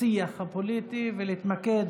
השיח הפוליטי ולהתמקד